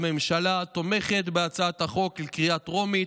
הממשלה תומכת בהצעת החוק לקריאה הטרומית,